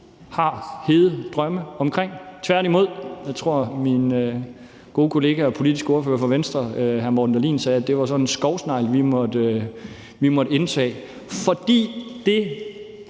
har hede drømme om, tværtimod. Jeg tror, at min gode kollega hr. Morten Dahlin, politisk ordfører for Venstre, sagde, at det var sådan en skovsnegl, vi måtte indtage. Fordi den